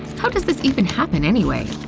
how does this even happen anyway?